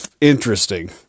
interesting